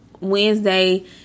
Wednesday